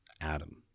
Adam